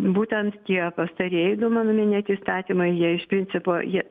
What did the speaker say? būtent tie pastarieji du mano minėti įstatymai jie iš principo jie